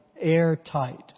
airtight